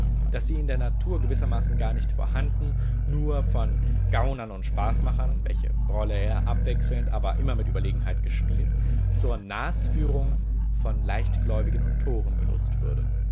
daß sie in der natur gewissermaßen gar nicht vorhanden nur von gaunern und spaßmachern welche rolle er abwechselnd aber immer mit überlegenheit gespielt zur nasführung von leichtgläubigen und toren benutzt würde